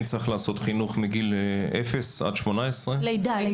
צריך לעשות חינוך מגיל אפס עד 18. לידה.